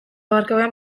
oharkabean